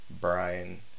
Brian